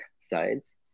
sides